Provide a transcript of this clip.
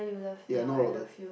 ya I know about it